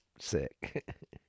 sick